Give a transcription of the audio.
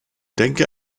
denke